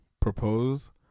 propose